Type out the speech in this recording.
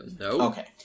Okay